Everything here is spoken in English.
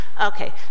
Okay